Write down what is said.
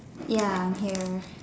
ya I am here